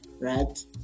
right